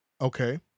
Okay